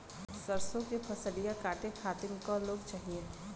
सरसो के फसलिया कांटे खातिन क लोग चाहिए?